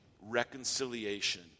reconciliation